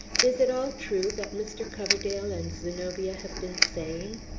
is it all true, that mr. coverdale and zenobia have been saying?